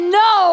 no